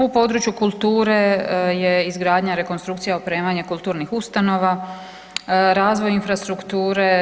U području kulture je izgradnja, rekonstrukcija, opremanje kulturnih ustanova, razvoj infrastrukture.